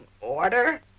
order